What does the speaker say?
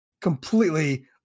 completely